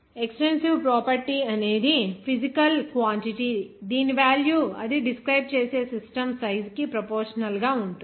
extensive property అనేది physical quantity దీని value అది డిస్క్రైబ్ చేసే సిస్టం సైజు కి ప్రపోషనల్ గా ఉంటుంది